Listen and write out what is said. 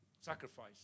Sacrifice